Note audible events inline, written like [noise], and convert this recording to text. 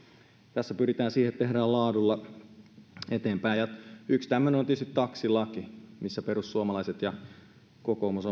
tässä pyritään siihen että mennään laadulla eteenpäin yksi tämmöinen on tietysti taksilaki missä perussuomalaiset ja kokoomus [unintelligible]